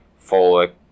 folic